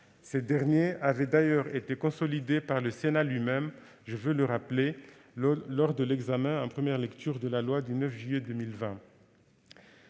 Ces derniers avaient d'ailleurs été consolidés par le Sénat lui-même, je veux le rappeler, lors de l'examen en première lecture de la loi du 9 juillet 2020.